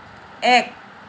এক